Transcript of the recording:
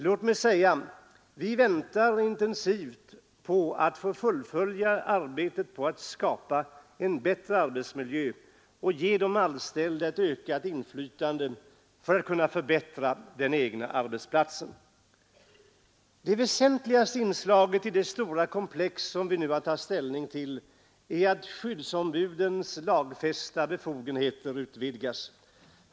Låt mig säga att vi väntar intensivt på att få fullfölja arbetet på att skapa en bättre arbetsmiljö och ge de anställda ett ökat inflytande för att kunna förbättra den egna arbetsplatsen. Det väsentligaste inslaget i det stora komplex som vi nu har att ta ställning till är att skyddsombudens lagfästa befogenheter utvidgas.